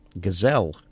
Gazelle